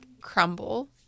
crumble